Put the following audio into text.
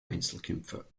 einzelkämpfer